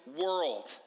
world